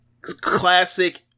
classic